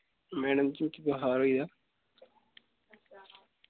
madam ji मिकी बखार होई दा